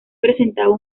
presentaba